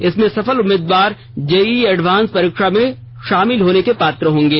इसमें सफल उम्मीदवार जेईई एडवांस्ड परीक्षा में शामिल होने के पात्र होंगे